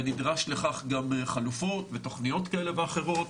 ונדרש לכך גם חלופות ותוכניות כאלה ואחרות